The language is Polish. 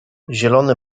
zielony